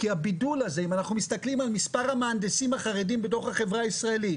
אם אנחנו מסתכלים על מספר המהנדסים החרדים בתוך החברה הישראלית